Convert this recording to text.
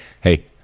hey